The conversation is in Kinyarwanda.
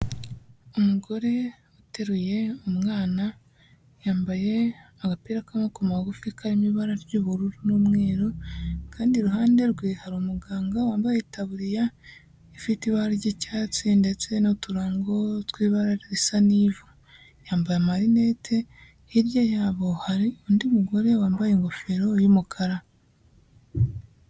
Umugore uteruye umwana, yambaye agapira k'amaboko magufi karimo ibara ry'ubururu n'umweru kandi iruhande rwe hari umuganga wambaye itaburiya ifite ibara ry'icyatsi ndetse n'uturango tw'ibara risa n'ivu, yambaye amarinete, hirya yabo hari undi mugore wambaye ingofero y'umukara.